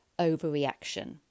overreaction